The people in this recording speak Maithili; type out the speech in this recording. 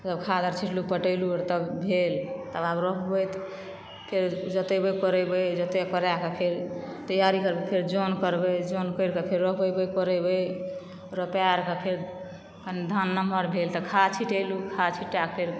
तब खाद अर छिटलु पटेलु तब भेल तब आब रोपबै फेर जोतेबै कोरेबै जोतए करायक फेर तैयारी करबै फेर जन करबै जन करिके फेर रोपेबै कोरेबै रोपए अरक फेर कनी धान नमहर भेल तऽ फेर खाद छीटैलु खाद छींटाक फेर